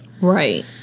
right